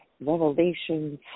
revelations